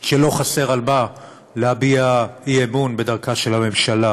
שלא חסר על מה להביע אי-אמון בדרכה של הממשלה.